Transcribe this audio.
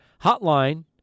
hotline